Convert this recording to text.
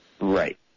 Right